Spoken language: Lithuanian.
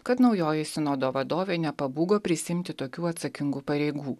kad naujojoje sinodo vadovė nepabūgo prisiimti tokių atsakingų pareigų